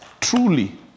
Truly